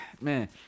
man